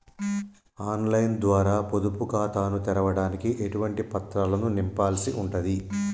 On line ద్వారా పొదుపు ఖాతాను తెరవడానికి ఎటువంటి పత్రాలను నింపాల్సి ఉంటది?